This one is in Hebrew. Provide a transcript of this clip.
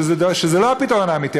שזה לא הפתרון האמיתי.